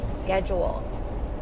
schedule